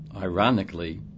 ironically